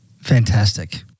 fantastic